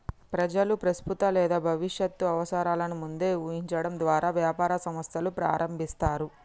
ప్రజలు ప్రస్తుత లేదా భవిష్యత్తు అవసరాలను ముందే ఊహించడం ద్వారా వ్యాపార సంస్థలు ప్రారంభిస్తారు